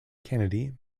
kennedy